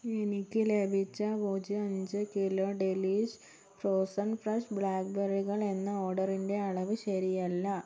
എനിക്ക് ലഭിച്ച പൂജ്യം അഞ്ച് കിലോ ഡെലീഷ് ഫ്രോസൺ ഫ്രഷ് ബ്ലാക്ക്ബെറികൾ എന്ന ഓർഡറിന്റെ അളവ് ശരിയല്ല